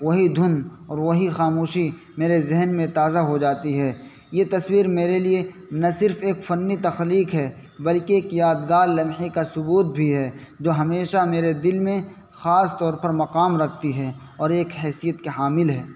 وہی دھند اور وہی خاموشی میرے ذہن میں تازہ ہو جاتی ہے یہ تصویر میرے لیے نہ صرف ایک فنی تخلیق ہے بلکہ ایک یادگار لمحے کا ثبوت بھی ہے جو ہمیشہ میرے دل میں خاص طور پر مقام رکھتی ہے اور ایک حیثیت کے حامل ہے